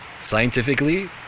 scientifically